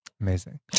Amazing